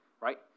right